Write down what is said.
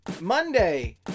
Monday